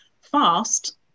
fast